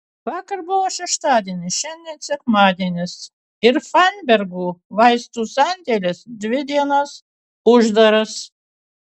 vakar buvo šeštadienis šiandien sekmadienis ir fainbergų vaistų sandėlis dvi dienas uždaras